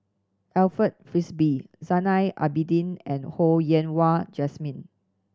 Alfred Frisby Zainal Abidin and Ho Yen Wah Jesmine